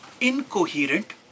incoherent